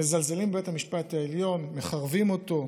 מזלזלים בבית המשפט העליון, מחרבים אותו.